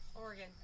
Oregon